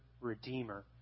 redeemer